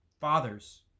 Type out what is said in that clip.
Fathers